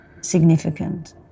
significant